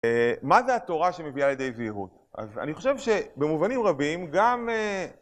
מה זה התורה שמביאה לידי זהירות? אז אני חושב שבמובנים רבים גם...